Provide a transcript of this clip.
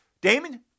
Damon